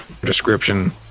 Description